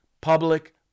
public